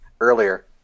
earlier